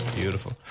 beautiful